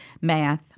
math